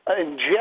inject